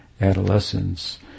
adolescence